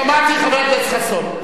חבר הכנסת חסון,